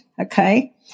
okay